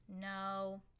No